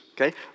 okay